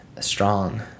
strong